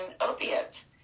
opiates